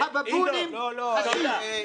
הבבונים חשים.